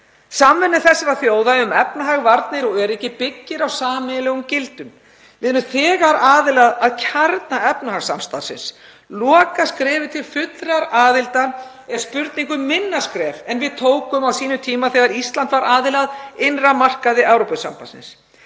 Samvinna þessara þjóða um efnahag, varnir og öryggi byggist á sameiginlegum gildum. Við erum þegar aðilar að kjarna efnahagssamstarfsins. Lokaskrefið til fullrar aðildar er spurning um minna skref en við stigum á sínum tíma þegar Ísland varð aðili að innri markaði Evrópusambandsins.